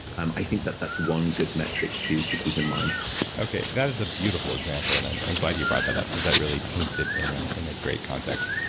i think that that's one good metric to to keep in mind okay. that is a beautiful example, and i'm i'm glad you brought that up because that really paints it in ah in a great context.